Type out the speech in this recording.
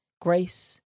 grace